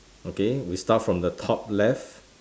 okay we start from the top left